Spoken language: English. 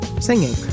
singing